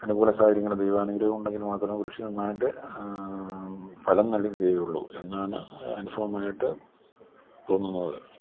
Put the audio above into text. അനുകൂല സാഹര്യങ്ങള് ദൈവാനുഗ്രഹമുണ്ടെങ്കിൽ മാത്രമേ കൃഷി നന്നായിട്ട് ഫലം നൽകുകയുള്ളൂവെന്നാണ് അനുഭവമായിട്ട് തോന്നുന്നത്